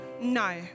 No